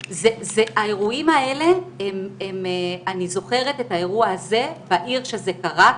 אני זוכרת את האירוע הזה בעיר שבה זה קרה,